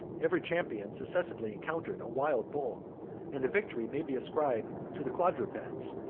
every champion successively encountered a wild bull and the victory may be ascribed to the quadrupeds,